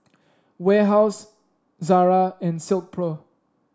Warehouse Zara and Silkpro